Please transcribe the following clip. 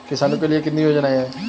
किसानों के लिए कितनी योजनाएं हैं?